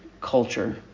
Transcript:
culture